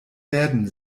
werden